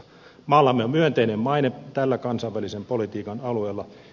maallamme on myönteinen maine tällä kansainvälisen politiikan alueella